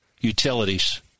utilities